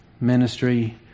ministry